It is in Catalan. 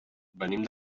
venim